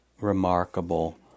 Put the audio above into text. remarkable